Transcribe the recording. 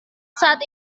saat